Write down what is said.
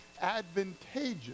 advantageous